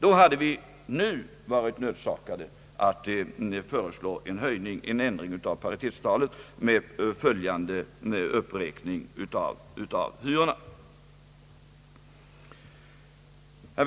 Då hade vi nu varit nödsakade att föreslå en ändring av paritetstalet med åtföljande uppräkning av hyrorna.